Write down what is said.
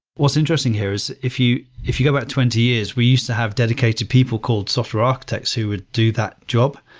what's interesting here is if you if you go back twenty years, we used to have dedicated people called software architects who would do that job,